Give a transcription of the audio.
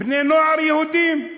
בני-נוער יהודים,